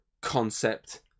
concept